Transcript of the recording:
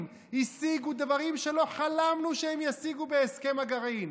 השיגו דברים שלא חלמנו שהם ישיגו בהסכם הגרעין.